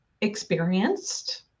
experienced